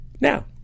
now